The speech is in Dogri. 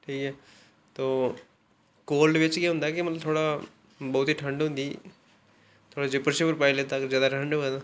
ठीक ऐ तो कोल्ड च केह् होंदा कि थोह्ड़ा बहुत ई ठंड होंदी थोह्ड़ा किश होर पाई लैता जे थोह्ड़ी ठंड होऐ तां